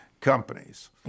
companies